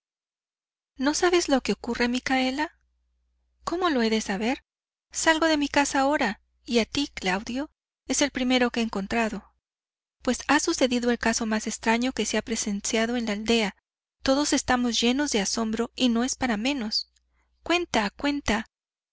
no sabes lo que ocurre micaela cómo lo he de saber salgo de mi casa ahora y a ti claudio es al primero que he encontrado pues ha sucedido el caso más extraño que se ha presenciado en la aldea todos estamos llenos de asombro y no es para menos cuenta cuenta